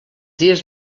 dies